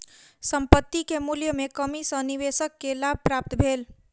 संपत्ति के मूल्य में कमी सॅ निवेशक के लाभ प्राप्त भेल